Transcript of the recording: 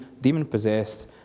demon-possessed